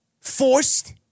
forced